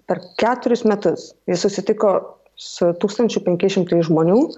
per keturis metus jis susitiko su tūkstančiu penkiais šimtais žmonių